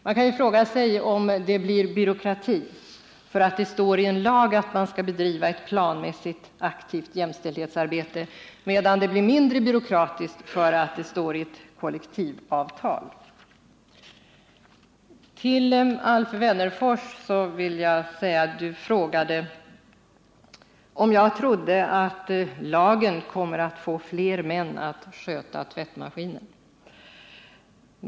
Man kan då fråga sig om det blir byråkrati därför att det står i en lag att man skall bedriva ett planmässigt, aktivt jämställdhetsarbete medan det skulle bli mindre byråkratiskt om detsamma står i ett kollektivavtal. Alf Wennerfors frågade om jag trodde att lagen kommer att få fler män att sköta tvättmaskinen.